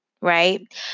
Right